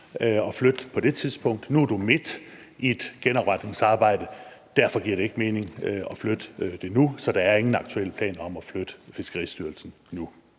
at flytte på det tidspunkt. Nu er du midt i et genopretningsarbejde, og derfor giver det ikke mening at flytte det nu, så der er ingen aktuelle planer om at flytte Fiskeristyrelsen nu.